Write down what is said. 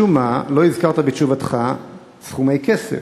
משום מה לא הזכרת בתשובתך סכומי כסף,